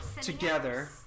together